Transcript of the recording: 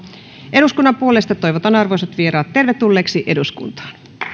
eduskunnan puolesta toivotan arvoisat vieraat tervetulleiksi eduskuntaan